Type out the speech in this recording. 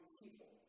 people